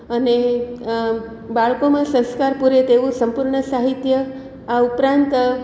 અને બાળકોમાં સંસ્કાર પૂરે તેવું સંપૂર્ણ સાહિત્ય આ ઉપરાંત